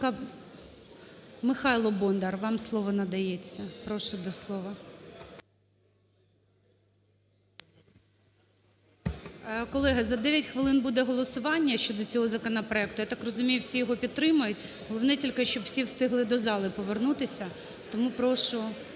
Михайло Бондар, вам слово надається. Прошу до слова. Шановні колеги, за 9 хвилин буде голосування щодо цього законопроекту. Я так розумію, всі його підтримують. Головне тільки, щоб всі встигли до зали повернутися. Тому прошу